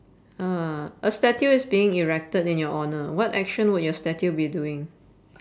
uh a statue is being erected in your honour what action would your statue be doing